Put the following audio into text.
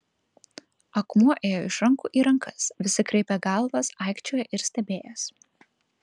akmuo ėjo iš rankų į rankas visi kraipė galvas aikčiojo ir stebėjosi